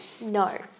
No